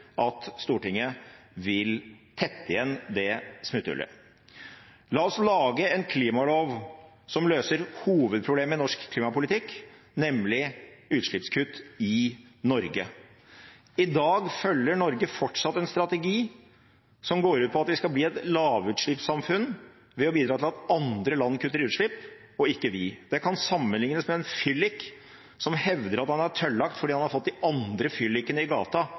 at Stortinget vil tette igjen det smutthullet. La oss lage en klimalov som løser hovedproblemet i norsk klimapolitikk, nemlig utslippskutt i Norge. I dag følger Norge fortsatt en strategi som går ut på at vi skal bli et lavutslippssamfunn ved å bidra til at andre land kutter utslipp, ikke vi. Det kan sammenlignes med en fyllik som hevder at han er tørrlagt fordi han har fått de andre fyllikene i gata